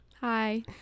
Hi